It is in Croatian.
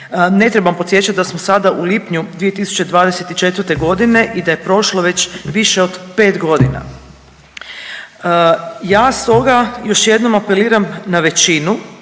Ne trebam podsjećati da smo sada u lipnju 2024. godine i da je prošlo već više od 5 godina. Ja stoga još jednom apeliram na većinu